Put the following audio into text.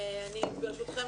ברשותכם,